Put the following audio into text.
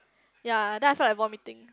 ya then I felt like vomiting